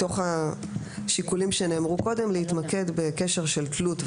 מתוך השיקולים שנאמרו כאן קודם להתמקד בקשר של תלות,